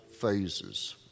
phases